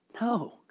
No